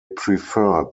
preferred